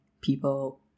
people